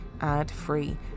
ad-free